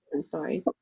story